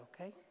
okay